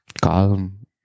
calm